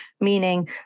meaning